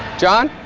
john?